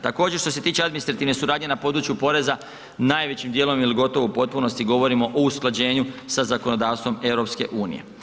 Također, što se tiče administrativne suradnje na području porezna, najvećim dijelom ili gotovo u potpunosti govorimo o usklađenju sa zakonodavstvom EU.